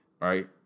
right